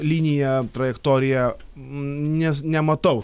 liniją trajektoriją nes nematau